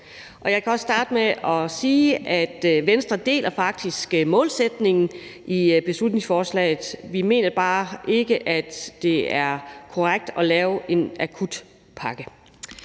jeg kan også starte med at sige, at Venstre faktisk deler målsætningen i beslutningsforslaget, men at vi bare ikke mener, at det er korrekt at lave en akutpakke.